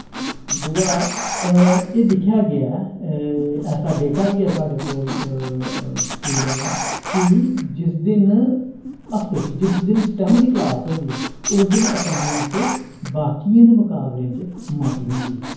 दूआ एह् दिक्खेआ गेआ ऐ ऐसा डेटा बी ऐ साढ़े कोल स्कूलें दा कि जिस दिन हफ्ते च जिस दिन स्टेम दी क्लास होंदी ऐ उस दिन अटैंडैंस बाकियें दे मकाबले च मती होंदी ऐ